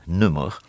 nummer